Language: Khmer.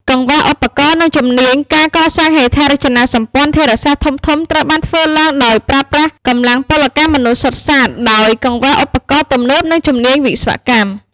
កង្វះឧបករណ៍ និងជំនាញ ការកសាងហេដ្ឋារចនាសម្ព័ន្ធធារាសាស្ត្រធំៗ ត្រូវបានធ្វើឡើងដោយប្រើប្រាស់កម្លាំងពលកម្មមនុស្សសុទ្ធសាធ ដោយកង្វះឧបករណ៍ទំនើប និងជំនាញវិស្វកម្ម។